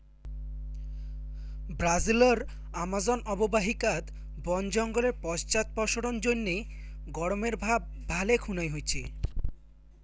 ব্রাজিলর আমাজন অববাহিকাত বন জঙ্গলের পশ্চাদপসরণ জইন্যে গরমের ভাব ভালে খুনায় হইচে